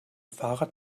fahrrad